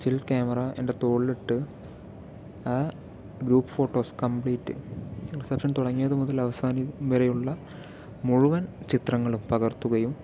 still camera എൻ്റെ തോളിലിട്ട് ആ ഗ്രൂപ്പ് ഫോട്ടോസ് കംബ്ലീറ്റ് റിസപ്ഷൻ തുടങ്ങിയത് മുതൽ അവസാനിക്കുന്നത് വരെയുള്ള മുഴുവൻ ചിത്രങ്ങളും പകർത്തുകയും